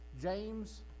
James